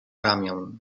ramię